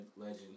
legend